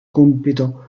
compito